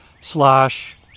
slash